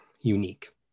unique